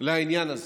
לעניין הזה.